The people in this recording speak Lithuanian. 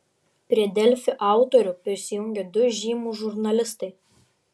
prie delfi autorių prisijungė du žymūs žurnalistai